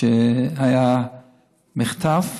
זה היה מחטף,